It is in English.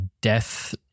death